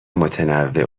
متنوع